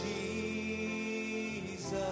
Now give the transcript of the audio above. Jesus